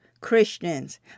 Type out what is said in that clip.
Christians